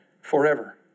forever